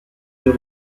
deux